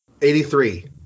83